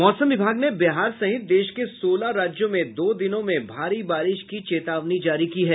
मौसम विभाग ने बिहार सहित देश के सोलह राज्यों में दो दिनों में भारी बारिश की चेतावनी जारी की है